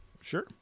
Sure